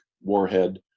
warhead